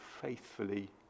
faithfully